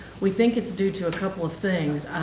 we think it's due to a couple of things.